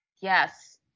Yes